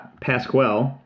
pasquale